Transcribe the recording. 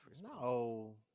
no